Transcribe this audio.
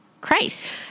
Christ